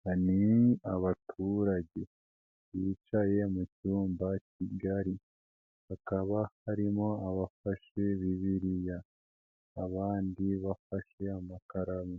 Aba ni abaturage bicaye mu cyumba kigari, hakaba harimo abafashe Bibiriya, abandi bafashe amakaramu,